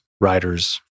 writers